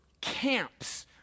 camps